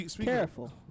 careful